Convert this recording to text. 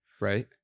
Right